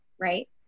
right